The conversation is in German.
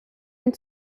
ein